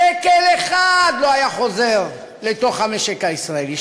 שקל אחד לא היה חוזר לתוך המשק הישראלי.